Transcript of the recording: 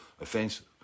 offensive